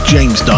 James